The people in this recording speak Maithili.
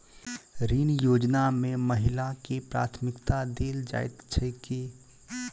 ऋण योजना मे महिलाकेँ प्राथमिकता देल जाइत छैक की?